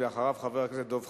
אחריו, חבר הכנסת דב חנין.